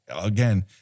again